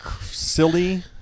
silly-